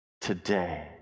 Today